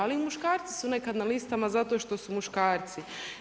Ali i muškarci su nekada na listama zato što su muškarci.